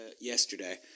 yesterday